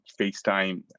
FaceTime